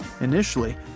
Initially